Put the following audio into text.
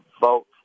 vote